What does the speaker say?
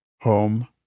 home